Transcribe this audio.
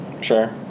Sure